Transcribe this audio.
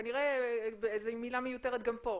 "כנראה" היא מילה מיותר גם פה.